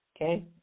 Okay